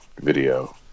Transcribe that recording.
video